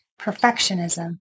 perfectionism